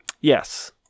Yes